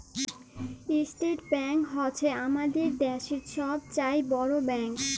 state Bank হছে আমাদের দ্যাশের ছব চাঁয়ে বড় ব্যাংক